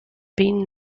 been